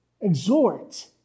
exhort